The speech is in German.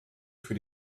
für